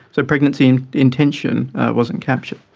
so pregnancy intention wasn't captured.